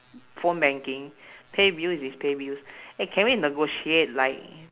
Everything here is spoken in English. phone banking pay bills is pay bills eh can we negotiate like